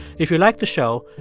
if you liked the show,